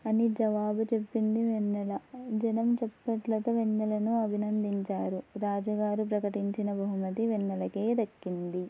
అని జవాబు చెప్పింది వెన్నెల జనం చెప్పట్లతో వెన్నెలను అభినందించారు రాజగారు ప్రకటించిన బహుమతి వెన్నెలకు దక్కింది